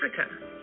Africa